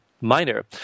minor